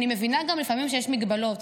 אני מבינה שיש לפעמים מגבלות,